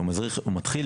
הוא מתחיל